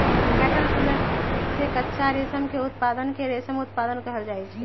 caterpillar से कच्चा रेशम के उत्पादन के रेशम उत्पादन कहल जाई छई